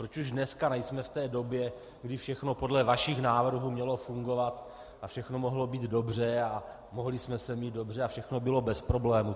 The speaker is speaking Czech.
Proč už dneska nejsme v té době, kdy všechno podle vašich návrhů mělo fungovat a všechno mohlo být dobře, mohli jsme se mít dobře a všechno bylo bez problémů?